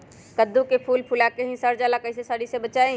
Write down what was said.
कददु के फूल फुला के ही सर जाला कइसे सरी से बचाई?